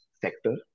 sector